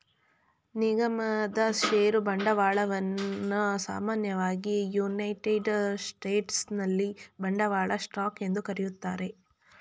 ನಿಗಮದ ಷೇರು ಬಂಡವಾಳವನ್ನ ಸಾಮಾನ್ಯವಾಗಿ ಯುನೈಟೆಡ್ ಸ್ಟೇಟ್ಸ್ನಲ್ಲಿ ಬಂಡವಾಳ ಸ್ಟಾಕ್ ಎಂದು ಕರೆಯುತ್ತಾರೆ